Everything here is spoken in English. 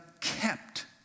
kept